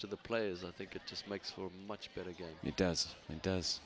to the players i think it just makes for much but again it does and does